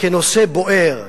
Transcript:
כנושא בוער,